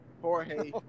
Jorge